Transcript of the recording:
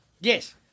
yes